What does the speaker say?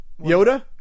Yoda